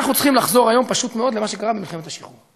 אנחנו צריכים לחזור היום פשוט מאוד למה שקרה במלחמת השחרור.